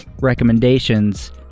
recommendations